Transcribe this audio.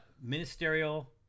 Ministerial